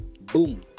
Boom